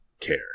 care